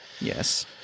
yes